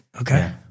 Okay